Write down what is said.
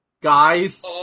Guys